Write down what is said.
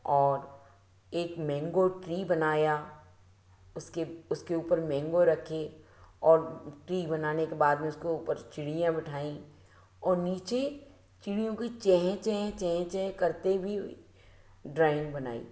और एक mango tree बनाया उसके उसके ऊपर मेंगो रखे और ट्री बनाने के बाद में उसके ऊपर चिड़ियाँ बिठाईं और नीचे चिड़ियों की चेंह चेंह चेंह चेंह करते हुए भी ड्राइंग बनाई